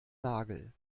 nagel